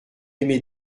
aimé